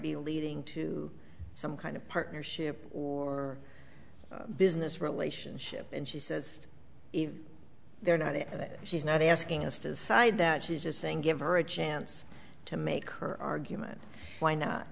be leading to some kind of partnership or business relationship and she says if they're not it she's not asking us to decide that she's just saying give her a chance to make her argument why not